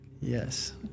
Yes